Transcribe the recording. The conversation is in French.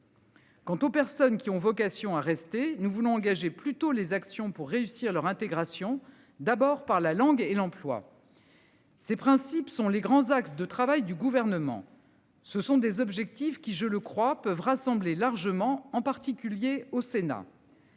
Quant aux personnes qui ont vocation à rester. Nous voulons engager plutôt les actions pour réussir leur intégration, d'abord par la langue et l'emploi. Ces principes sont les grands axes de travail du gouvernement. Ce sont des objectifs qui, je le crois peuvent rassembler largement en particulier au sénat.--